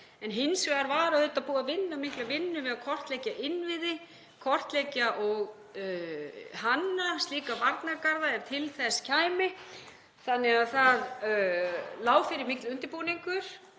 hins vegar var búið að vinna mikla vinnu við að kortleggja innviði, kortleggja og hanna slíka varnargarða ef til þess kæmi, þannig að það lá fyrir mikill undirbúningur.